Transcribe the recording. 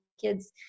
kids